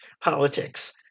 politics